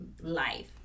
life